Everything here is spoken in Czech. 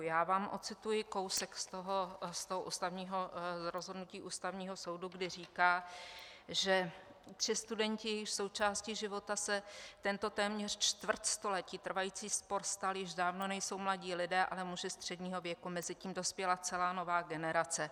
Já vám ocituji kousek z rozhodnutí Ústavního soudu, kdy říká, že tři studenti, jejichž součástí života se tento téměř čtvrt století trvající spor stal, již dávno nejsou mladí lidé, ale muži středního věku, mezitím dospěla celá nová generace.